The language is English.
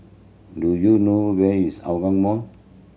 do you know where is Hougang Mall